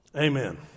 amen